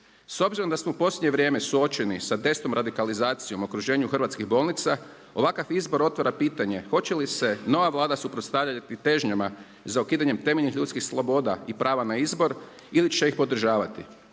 S obzirom da smo u posljednje vrijeme suočeni sa …/Govornik se ne razumije./… radikalizacijom u okruženju hrvatskih bolnica ovakav izbor otvara pitanje hoće li se nova Vlada suprotstavljati težnjama za ukidanjem temeljnih ljudskih sloboda i prava na izbor ili će ih podržavati.